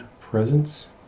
presence